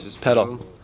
pedal